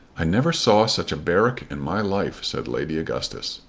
i never saw such a barrack in my life, said lady augustus.